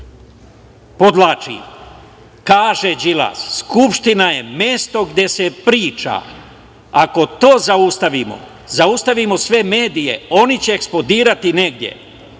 problem“. Kaže Đilas: „Skupština je mesto gde se priča. Ako to zaustavimo, zaustavimo sve medije. Oni će eksplodirati negde“.